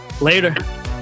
Later